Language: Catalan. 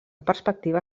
perspectiva